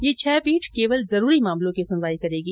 ये छह पीठ केवल जरूरी मामलो की सुनवाई करेंगी